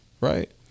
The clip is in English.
right